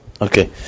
okay